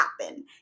happen